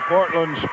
Portland